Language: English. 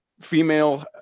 female